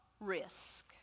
risk